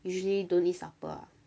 usually don't eat supper ah